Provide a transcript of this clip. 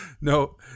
No